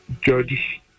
judge